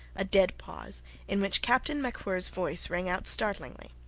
a dead pause in which captain macwhirrs voice rang out startlingly.